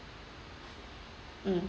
mm